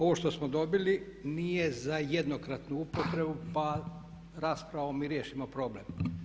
Ovo što smo dobili nije za jednokratnu upotrebu pa raspravom mi riješimo problem.